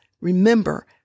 Remember